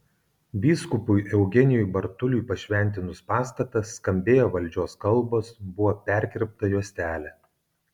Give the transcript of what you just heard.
vyskupui eugenijui bartuliui pašventinus pastatą skambėjo valdžios kalbos buvo perkirpta juostelė